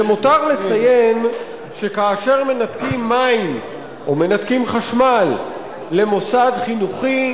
למותר לציין שכאשר מנתקים מים או מנתקים חשמל למוסד חינוכי,